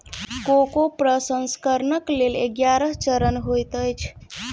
cocoa प्रसंस्करणक लेल ग्यारह चरण होइत अछि